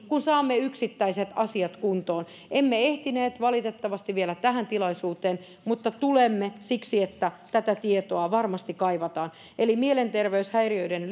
kun saamme yksittäiset asiat kuntoon emme valitettavasti ehtineet vielä tähän tilaisuuteen mutta tulemme siksi että tätä tietoa varmasti kaivataan eli mielenterveyshäiriöiden